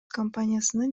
компаниясынын